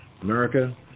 America